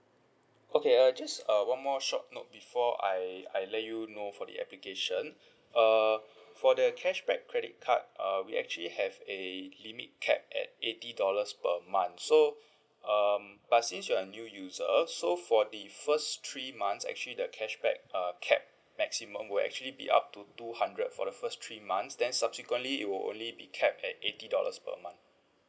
okay uh just a one more short note before I I let you know for the application uh for the cashback credit card uh we actually have a limit cap at eighty dollars per month so um but since you are new user so for the first three months actually the cashback uh cap maximum will actually be up to two hundred for the first three months then subsequently it will only be cap at eighty dollars per month